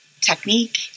technique